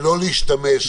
גם אני מבקש ממך לא להשתמש,